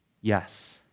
Yes